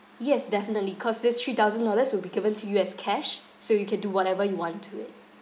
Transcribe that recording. yes definitely cause this three thousand dollars will be given to you as cash so you can do whatever you want to it